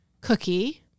cookie